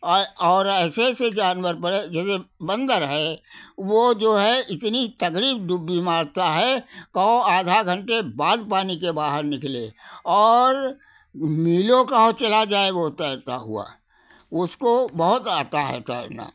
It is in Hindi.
अए और ऐसे ऐसे जानवर बड़े जैसे बंदर है वो जो है इतनी तगड़ी डुब्बी मारता है कहो आधा घंटे बाद पानी के बाहर निकले और मीलों कहो चला जाए वो तैरता हुआ उसको बहुत आता है तैरना